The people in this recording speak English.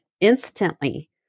instantly